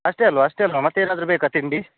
ಅಷ್ಟೆ ಅಲ್ವಾ ಅಷ್ಟೆ ಅಲ್ವಾ ಮತ್ತೆ ಏನಾದ್ರೂ ಬೇಕಾ ತಿಂಡಿ